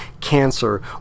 cancer